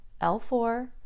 l4